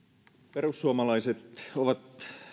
perussuomalaiset ovat